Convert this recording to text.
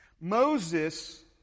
Moses